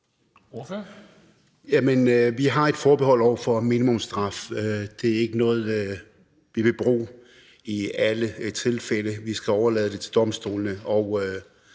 Vi har et forbehold over for minimumsstraf. Det er ikke noget, vi vil bruge i alle tilfælde. Vi skal overlade det til domstolene